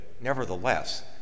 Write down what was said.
nevertheless